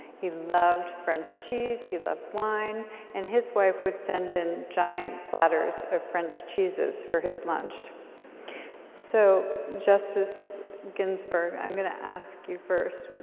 he loved french cheese, he loved wine and his wife would send in giant platters of french cheeses for his lunch so justice ginsberg, i'm going to ask you first,